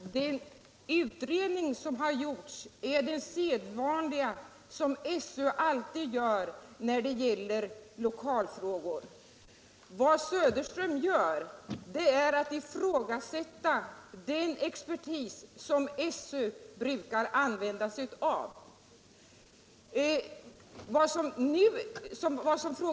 Herr talman! Den utredning som har gjorts är den som SÖ alltid gör när det gäller lokalfrågor. Herr Söderström ifrågasätter nu den expertis som SÖ brukar använda sig av.